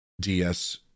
DS